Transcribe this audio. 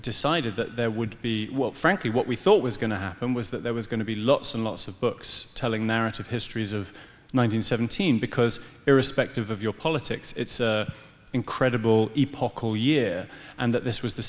decided that there would be frankly what we thought was going to happen was that there was going to be lots and lots of books telling narrative histories of nine hundred seventeen because irrespective of your politics it's incredible year and that this was the